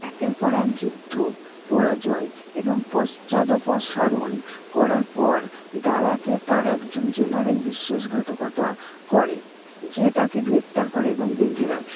একের পর এক যুদ্ধ পরাজয় এবং পশ্চাদাপসারণ করার পর দারাকে তার একজন জেনারেল বিশ্বাসঘাতকতা করে যে তাকে গ্রেপ্তার করে এবং বেঁধে রাখে